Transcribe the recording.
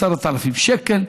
10,000 שקל.